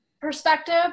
perspective